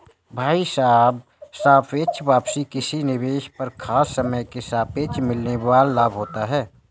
भाई साहब सापेक्ष वापसी किसी निवेश पर खास समय के सापेक्ष मिलने वाल लाभ होता है